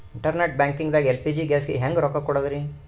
Internet banking ದಾಗ LPG ಗ್ಯಾಸ್ಗೆ ಹೆಂಗ್ ರೊಕ್ಕ ಕೊಡದ್ರಿ?